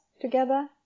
together